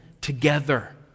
together